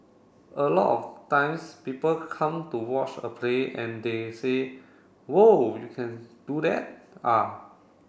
a lot of times people come to watch a play and they say whoa you can do that ah